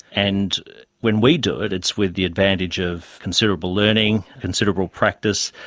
and when we do it it's with the advantage of considerable learning, considerable practice,